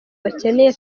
bakeneye